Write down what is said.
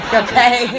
okay